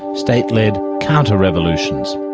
state-led counterrevolutions.